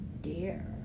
dear